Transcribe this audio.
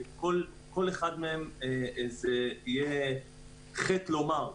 כל אחד מהם זה יהיה חטא לומר.